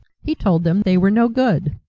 he told them they were no good.